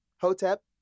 Hotep